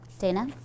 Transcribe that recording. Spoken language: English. Dana